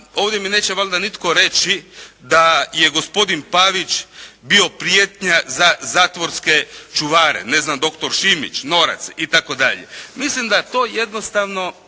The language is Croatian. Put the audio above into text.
ovdje mi valjda neće nitko reći da je gospodin Pavić bio prijetnja za zatvorske čuvare. Ne znam, doktor Šimić, NOrac i tako dalje. Mislim da to jednostavno